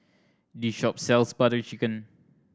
this shop sells Butter Chicken